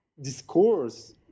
discourse